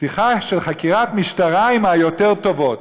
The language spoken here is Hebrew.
"פתיחה של חקירת משטרה היא מהיותר-טובות",